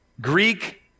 Greek